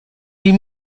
ihm